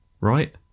right